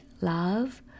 love